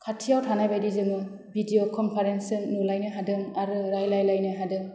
खाथियाव थानाय बायदि जोङो भिडिअ कनपारेनसजों नुलायनो हादों आरो रायलायलायनो हादों